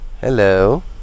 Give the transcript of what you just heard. Hello